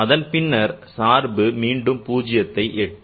அதன் பின்னர் மீண்டும் சார்பு பூஜியத்தை எட்டும்